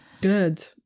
good